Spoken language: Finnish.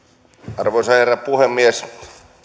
arvoisa herra puhemies